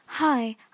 Hi